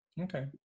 Okay